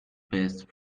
best